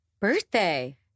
birthday